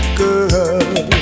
girl